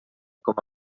com